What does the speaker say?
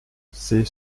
c’est